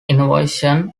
innovation